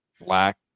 black